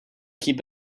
keep